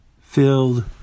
filled